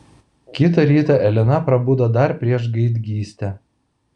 kitą rytą elena prabudo dar prieš gaidgystę